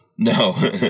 no